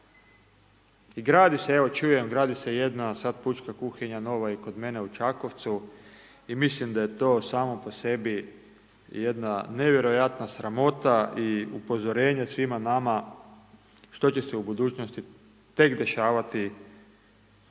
I gradi se, evo čujem, gradi se jedna sad pučka kuhinja, nova i kod mene u Čakovcu, i mislim da je to samo po sebi jedna nevjerojatna sramota i upozorenje svima nama što će se u budućnosti tek dešavati